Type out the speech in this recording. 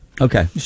Okay